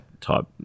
type